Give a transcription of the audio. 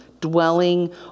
dwelling